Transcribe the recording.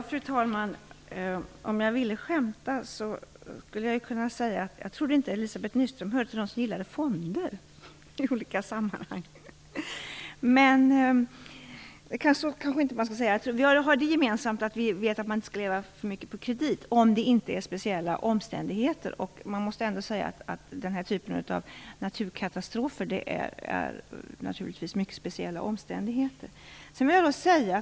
Fru talman! Om jag ville skämta, skulle jag kunna säga att jag inte trodde att Elizabeth Nyström hör till dem som gillar fonder i olika sammanhang. Vi har det gemensamt att vi vet att man inte skall leva för mycket på kredit om det inte finns speciella omständigheter. Man måste väl ändå säga att den här typen av naturkatastrofer är mycket speciella omständigheter.